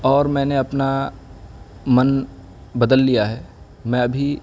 اور میں نے اپنا من بدل لیا ہے میں ابھی